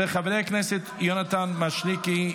של חבר הכנסת יונתן משריקי,